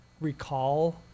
recall